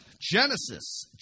Genesis